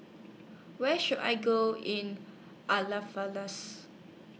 Where should I Go in